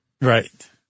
Right